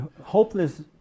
hopeless